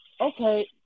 Okay